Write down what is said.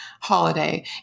holiday